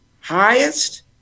highest